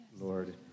Lord